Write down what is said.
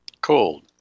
cold